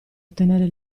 ottenere